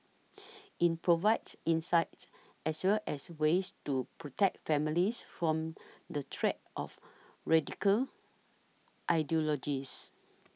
it provides insights as well as ways to protect families from the threats of radical ideologies